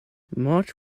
march